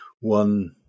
one